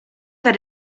that